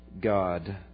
God